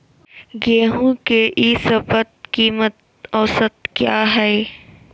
गेंहू के ई शपथ कीमत औसत क्या है?